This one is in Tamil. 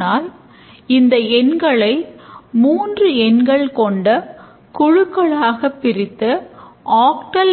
ஆனால் இந்த எண்களை 3 எண்கள் கொண்ட குழுக்களாக பிரித்து அக்டல்